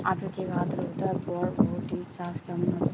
আপেক্ষিক আদ্রতা বরবটি চাষ কেমন হবে?